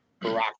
Barack